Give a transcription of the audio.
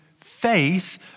faith